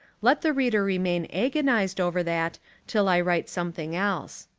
let the reader remain agonised over that till i write something else.